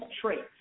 traits